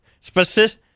specific